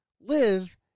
live